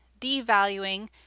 devaluing